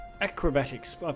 Acrobatics